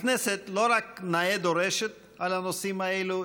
הכנסת לא רק נאה דורשת על הנושאים האלה,